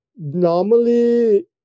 normally